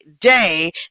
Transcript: day